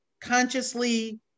consciously